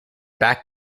back